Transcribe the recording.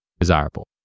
desirable